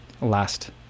last